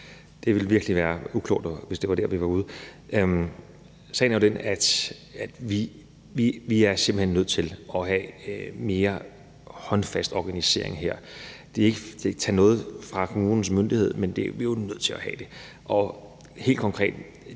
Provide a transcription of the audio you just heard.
Det ville være virkelig være uklogt, hvis det var der, vi var ude. Sagen er jo den, at vi simpelt hen er nødt til at have mere håndfast organisering her. Det er ikke for at tage noget fra kommunens myndighed, men vi er jo nødt til at have det. Helt konkret